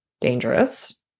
dangerous